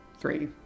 three